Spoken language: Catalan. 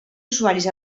usuaris